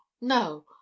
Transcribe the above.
no